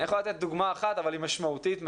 אני יכול לתת דוגמא אחת אבל היא משמעותית מאוד,